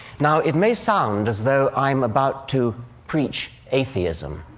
now, it may sound as though i'm about to preach atheism,